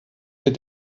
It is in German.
wir